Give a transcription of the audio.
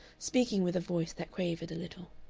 speaking with a voice that quavered a little.